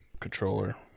controller